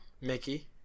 Mickey